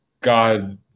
God